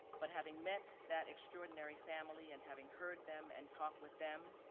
but having met that extraordinary family and having heard them and talk with them,